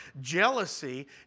jealousy